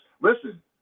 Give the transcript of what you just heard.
listen